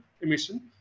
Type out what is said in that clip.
emission